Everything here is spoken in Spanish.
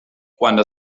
cuando